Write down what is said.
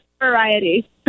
variety